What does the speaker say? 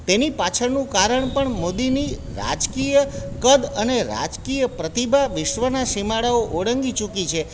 તેની પાછળનું કારણ પણ મોદીની રાજકીય કદ અને રાજકીય પ્રતિભા વિશ્વના સીમાડાઓ ઓળંગી ચૂકી છે